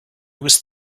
was